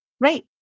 Right